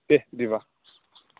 दे बिदिबा